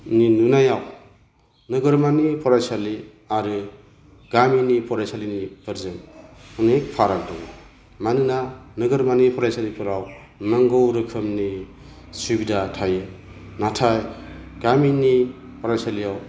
नि नुनायाव नोगोरमानि फरायसालि आरो गामिनि फरायसालिनि फोरजों अनेक फाराग दङ मानोना नोगोरमानि फरायसालिफोराव नांगौ रोखोमनि सुबिदा थायो नाथाय गामिनि फरायसालियाव